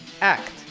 Act